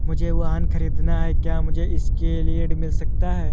मुझे वाहन ख़रीदना है क्या मुझे इसके लिए ऋण मिल सकता है?